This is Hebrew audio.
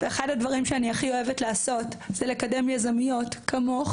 ואחד הדברים שאני הכי אוהבת לעשות זה לקדם יזמיות כמוך